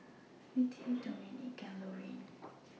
Myrtle Dominick and Loraine